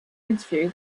interview